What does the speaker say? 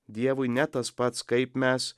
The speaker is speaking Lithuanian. dievui ne tas pats kaip mes